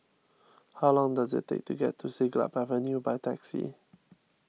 how long does it take to get to Siglap Avenue by taxi